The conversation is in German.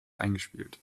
eingespielt